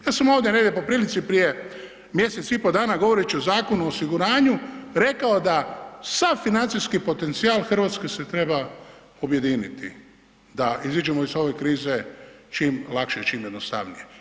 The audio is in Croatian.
Ja sam ovdje negdje po prilici prije mjesec i pol dana govoreći o Zakonu o osiguranju rekao da sav financijski potencijal Hrvatske se treba objediniti da izađemo iz ove krize čim lakše i čim jednostavnije.